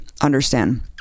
understand